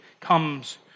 comes